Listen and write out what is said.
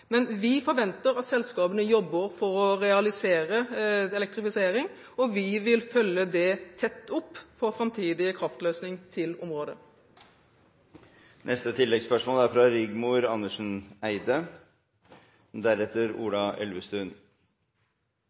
Men vi forventer at selskapene jobber for å realisere elektrifisering, og vi vil følge det tett opp for framtidig kraftløsning til området.